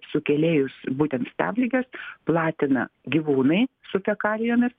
sukėlėjus būtent stabligės platina gyvūnai su fekalijomis